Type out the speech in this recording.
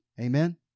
Amen